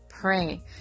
Pray